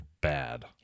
bad